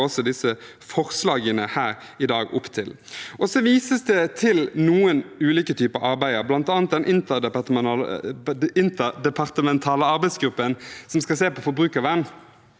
også disse forslagene her i dag opp til. Det vises til noen ulike typer arbeider, bl.a. den interdepartementale arbeidsgruppen som skal se på forbrukervern.